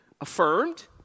affirmed